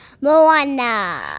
Moana